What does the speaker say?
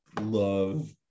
love